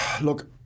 Look